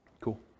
Cool